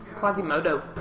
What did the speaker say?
Quasimodo